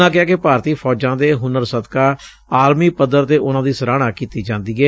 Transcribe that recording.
ਉਨ੍ਹਾਂ ਕਿਹਾ ਭਾਰਤੀ ਫੌਜਾਂ ਦੇ ਹੁਨਰ ਸਦਕਾ ਆਲਮੀ ਪੱਧਰ ਤੇ ਉਨ੍ਹਾਂ ਦੀ ਸਰਾਹਣਾ ਕੀਤੀ ਜਾਂਦੀ ਏ